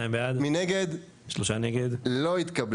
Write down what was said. הצבעה בעד, 2 נגד, 3 נמנעים, 0 הרביזיה לא התקבלה.